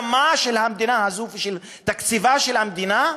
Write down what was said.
שהיא מוצצת את דמה של המדינה הזו ותקציבה של המדינה?